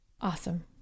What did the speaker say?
Awesome